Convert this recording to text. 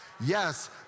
Yes